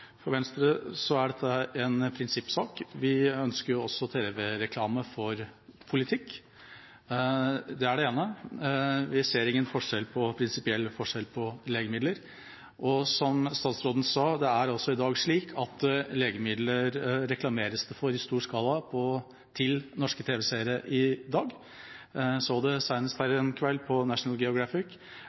For Venstre er dette en prinsippsak. Vi ønsker også tv-reklame for politikk. Det er det ene. Vi ser ingen prinsipiell forskjell på det og legemidler, og som statsråden sa, er det slik at legemidler reklameres det for i stor skala overfor norske tv-seere i dag. Jeg så det senest en kveld på National